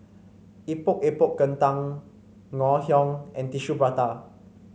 Epok Epok Kentang Ngoh Hiang and Tissue Prata